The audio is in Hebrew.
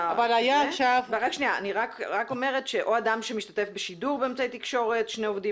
בחלל פתוח או אדם שמשתתף בשידור באמצעי תקשורת או שני עובדים